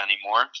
anymore